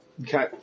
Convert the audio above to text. Okay